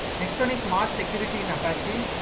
next one is mod security in apache.